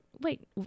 wait